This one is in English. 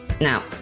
Now